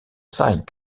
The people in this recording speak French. side